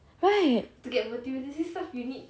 right to get material stuff you need